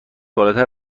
بالاتر